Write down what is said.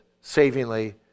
savingly